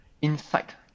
insight